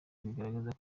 bigaragaza